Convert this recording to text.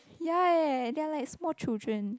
ya eh they are like small children